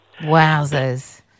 Wowzers